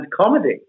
comedy